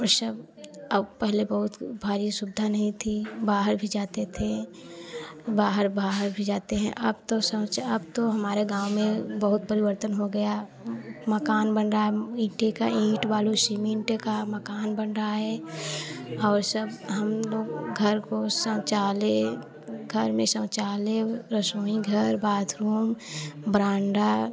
वह सब अब पहले बहुत भारी सुविधा नहीं थी बाहर भी जाते थे बाहर बाहर भी जाते हैं अब तो समझो अब तो हमारा गाँव में बहुत परिवर्तन हो गया मकान बन रहा है मिट्टी कें ईंट वाली सीमेंट का मकान बन रहा है और सब हम लोग घर को शौचालय घर में शौचालय रसोई घर बाथरूम बरांडा